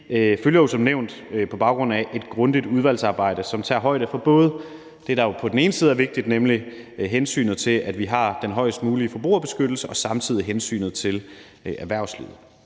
følger jo som nævnt på baggrund af et grundigt udvalgsarbejde, som tager højde for det, der er vigtigt, nemlig på den ene side hensynet til, at vi har den bedst mulige forbrugerbeskyttelse, og på den anden side hensynet til erhvervslivet.